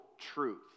truth